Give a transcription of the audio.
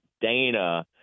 Dana